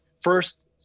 first